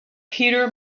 peter